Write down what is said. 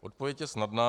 Odpověď je snadná.